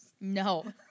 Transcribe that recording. No